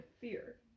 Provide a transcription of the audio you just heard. fear